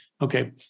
okay